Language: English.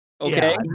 Okay